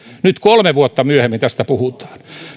nyt kolme vuotta myöhemmin tästä puhutaan